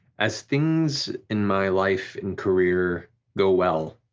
as things in my life and career go well,